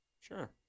Sure